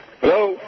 Hello